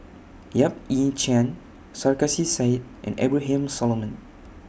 Yap Ee Chian Sarkasi Said and Abraham Solomon